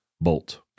bolt